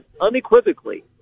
unequivocally